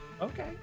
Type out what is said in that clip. Okay